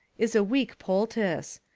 is a weak poultiss.